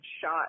shot